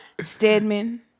Stedman